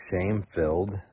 shame-filled